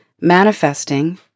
manifesting